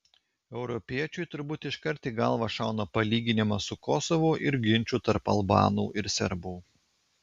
europiečiui turbūt iškart į galvą šauna palyginimas su kosovu ir ginču tarp albanų ir serbų